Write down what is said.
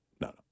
no